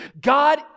God